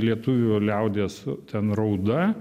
lietuvių liaudies ten rauda